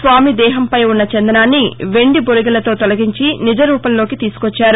స్వామి దేహంపై ఉన్న చందనాన్ని వెండి బొరిగెలతో తొలగించి నిజరూపంలోకి తీసుకొచ్చారు